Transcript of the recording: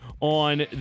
on